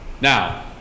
Now